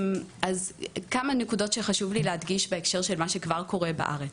אז כמה נקודות שחשוב לי להדגיש בהקשר של מה שכבר קורה בארץ: